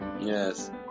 Yes